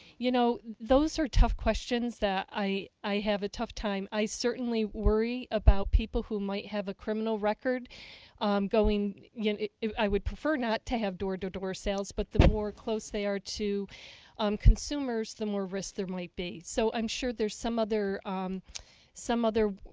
you know those are tough questions. i i have a tough time. i certainly worry about people who might have a criminal record going yeah i would prefer not to have door-to-door sales. but the more close they are to um consumers the more risks there might be. so i'm sure there's some other some other